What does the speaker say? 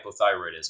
hypothyroidism